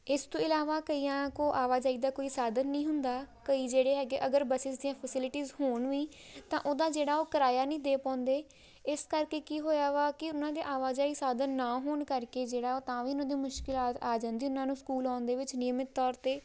ਇਸ ਤੋਂ ਇਲਾਵਾ ਕਈਆਂ ਕੋਲ ਆਵਾਜਾਈ ਦਾ ਕੋਈ ਸਾਧਨ ਨਹੀਂ ਹੁੰਦਾ ਕਈ ਜਿਹੜੇ ਹੈਗੇ ਅਗਰ ਬੱਸਿਸ ਦੀਆਂ ਫੈਸਿਲਿਟੀਜ ਹੋਣ ਵੀ ਤਾਂ ਉਹਦਾ ਜਿਹੜਾ ਉਹ ਕਿਰਾਇਆ ਨਹੀਂ ਦੇ ਪਾਉਂਦੇ ਇਸ ਕਰਕੇ ਕੀ ਹੋਇਆ ਵਾ ਕਿ ਉਹਨਾਂ ਦੇ ਆਵਾਜਾਈ ਸਾਧਨ ਨਾ ਹੋਣ ਕਰਕੇ ਜਿਹੜਾ ਉਹ ਤਾਂ ਵੀ ਉਹਨਾਂ ਦੀ ਮੁਸ਼ਕਿਲ ਆ ਆ ਜਾਂਦੀ ਉਹਨਾਂ ਨੂੰ ਸਕੂਲ ਆਉਣ ਦੇ ਵਿੱਚ ਨਿਯਮਿਤ ਤੌਰ 'ਤੇ